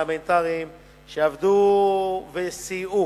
הפרלמנטריים, שעבדו וסייעו